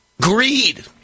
Greed